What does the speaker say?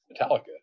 metallica